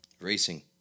racing